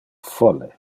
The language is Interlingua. folle